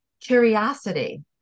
curiosity